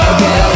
Okay